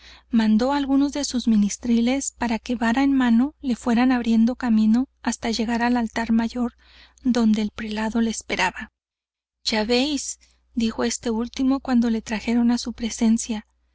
mandó á algunos de sus ministriles para que vara en mano le fueran abriendo camino hasta llegar al altar mayor donde el prelado le esperaba ya véis le dijo este último cuando le trajeron á su presencia